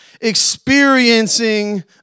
experiencing